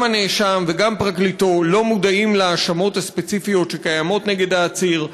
גם הנאשם וגם פרקליטו לא מודעים להאשמות הספציפיות שקיימות נגד העציר.